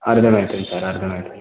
అర్థమౌతోంది sir అర్థమౌతోంది